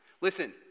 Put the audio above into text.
Listen